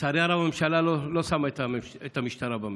לצערי הרב, הממשלה לא שמה את המשטרה במרכז.